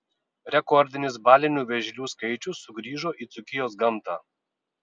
rekordinis balinių vėžlių skaičius sugrįžo į dzūkijos gamtą